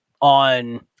on